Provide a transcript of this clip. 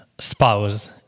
spouse